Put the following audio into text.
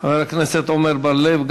חבר הכנסת עמר בר-לב,